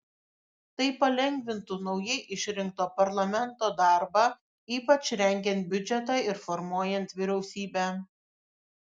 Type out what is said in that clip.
tai palengvintų naujai išrinkto parlamento darbą ypač rengiant biudžetą ir formuojant vyriausybę